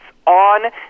on